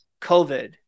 COVID